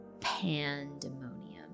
pandemonium